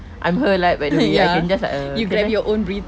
I'm her right by the wayi can just like err can I